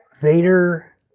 Vader